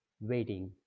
waiting